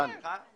זה התפקיד שלו.